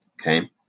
Okay